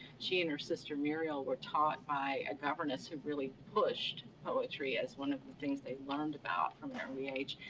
she and her sister muriel were taught by a governess who really pushed poetry as one of the things they learned about from an early age,